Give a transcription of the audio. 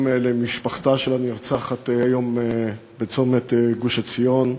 למשפחתה של הנרצחת בצומת גוש-עציון היום,